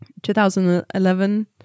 2011